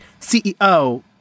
CEO